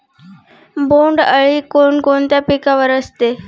बोंडअळी कोणकोणत्या पिकावर असते?